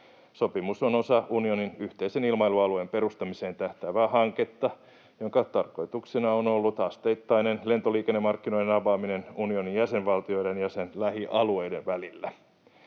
Sopimus on osa unionin yhteisen ilmailualueen perustamiseen tähtäävää hanketta, jonka tarkoituksena on ollut asteittainen lentoliikennemarkkinoiden avaaminen unionin jäsenvaltioiden ja sen lähialueiden välillä.